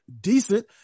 decent